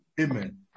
Amen